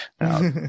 Now